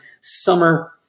summer